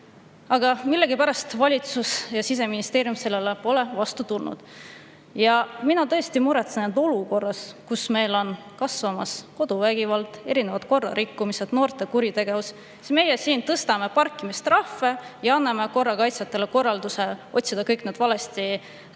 Aga millegipärast valitsus ja Siseministeerium pole sellele vastu tulnud. Ma tõesti muretsen, sest olukorras, kus meil on kasvamas koduvägivald, erinevad korrarikkumised ja noorte kuritegevus, meie siin tõstame parkimistrahve ning anname korrakaitsjatele korralduse otsida kõik valesti parkijad